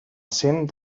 cent